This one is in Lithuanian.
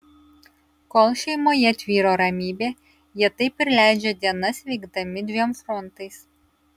kol šeimoje tvyro ramybė jie taip ir leidžia dienas veikdami dviem frontais